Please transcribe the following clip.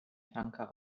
tanker